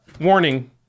warning